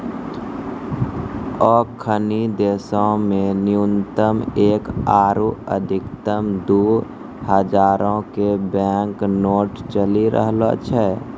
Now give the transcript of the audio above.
अखनि देशो मे न्यूनतम एक आरु अधिकतम दु हजारो के बैंक नोट चलि रहलो छै